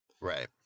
right